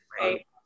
Right